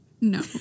No